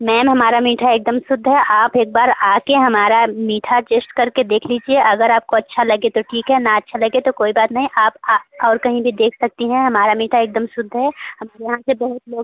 ma'am हमारा मीठा एकदम शुद्ध है आप एक बार आ कर हमारा मीठा टेश्ट करके देख लीजिए अगर आपको अच्छा लगे तो ठीक है न अच्छा लगे तो कोई बात नहीं आप और कहीं भी देख सकती हैं हमारा मीठा एकदम शुद्ध है हमारे यहाँ से बहुत लोग